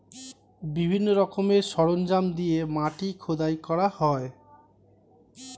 বিভিন্ন রকমের সরঞ্জাম দিয়ে মাটি খোদাই করা হয়